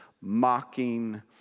mocking